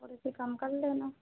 थोड़े से कम कर लेना